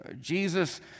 Jesus